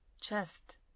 chest